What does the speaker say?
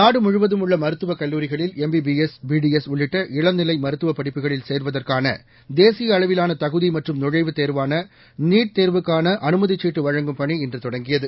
நாடுமுழுவதம் உள்ள மருத்துவக் கல்லூரிகளில் எம்பிபிஎஸ் பிடிஎஸ் உள்ளிட்ட இளநிலை மருத்துவப் படிப்புகளில் சேருவதற்கான தேசிய அளவிலான தகுதி மற்றும் நுழைவுத் தேர்வாள நீட் தேர்வுக்கான அனுமதிக் சீட்டு வழங்கும் பணி இன்று தொடங்கியது